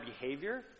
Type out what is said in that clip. behavior